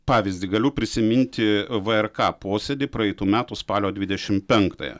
pavyzdį galiu prisiminti vrk posėdį praeitų metų spalio dvidešimt penktąją